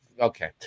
Okay